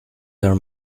your